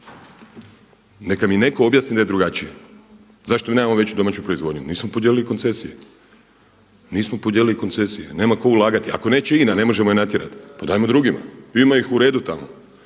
Neka mi netko objasni da je drugačije? Zašto nemamo veću domaću proizvodnju? Nismo podijelili koncesije? Nema tko ulagati. Ako neće INA ne možemo je natjerat, pa dajmo drugima. Ima ih u redu tamo.